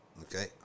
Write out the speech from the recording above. Okay